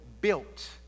built